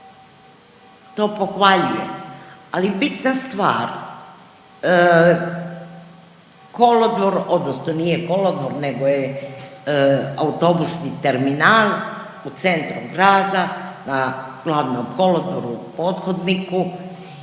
To pohvaljujem, ali bitna stvar, kolodvor, odnosno nije kolodvor nego je autobusni terminal u centru grada na glavnom kolodvoru u pothodniku